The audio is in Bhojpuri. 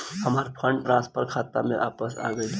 हमार फंड ट्रांसफर हमार खाता में वापस आ गइल